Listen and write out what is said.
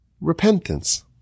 repentance